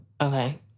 Okay